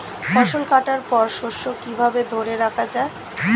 ফসল কাটার পর শস্য কিভাবে ধরে রাখা য়ায়?